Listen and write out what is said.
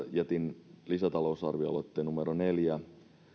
jätin myös lisätalousarvioaloitteen numero neljän